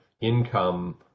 income